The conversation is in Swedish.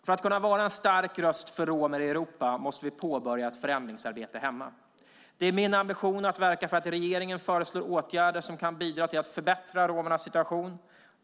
För att kunna vara en stark röst för romer i Europa måste vi påbörja ett förändringsarbete hemma. Det är min ambition att verka för att regeringen föreslår åtgärder som kan bidra till att förbättra romernas situation.